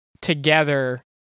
together